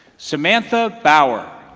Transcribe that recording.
samantha bower